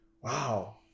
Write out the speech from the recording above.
wow